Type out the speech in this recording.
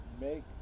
make